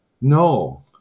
no